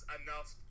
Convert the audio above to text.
enough